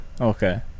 Okay